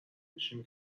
میشیم